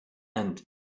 and